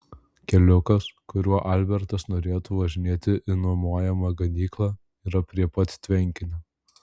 keliukas kuriuo albertas norėtų važinėti į nuomojamą ganyklą yra prie pat tvenkinio